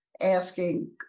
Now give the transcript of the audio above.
asking